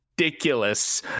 ridiculous